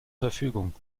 verfügung